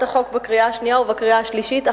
החוק בקריאה השנייה ובקריאה השלישית.